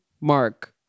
Mark